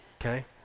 Okay